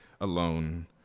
alone